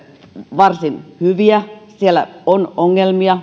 varsin hyviä siellä on ongelmia